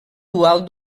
dual